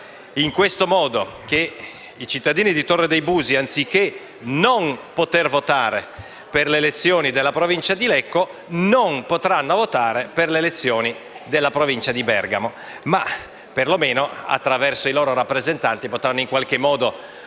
nel modo seguente: i cittadini di Torre de' Busi, anziché non poter votare per le elezioni della Provincia di Lecco non potranno votare per le elezioni della Provincia di Bergamo, ma perlomeno, attraverso i loro rappresentanti, potranno in qualche modo